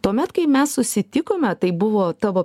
tuomet kai mes susitikome tai buvo tavo